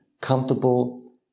comfortable